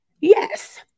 Yes